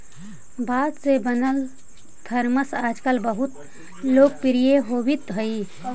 बाँस से बनल थरमस आजकल बहुत लोकप्रिय होवित हई